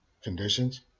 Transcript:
conditions